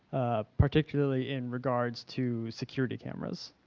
particularly in regards to security cameras?